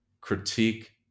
critique